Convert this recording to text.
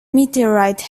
meteorite